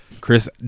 Chris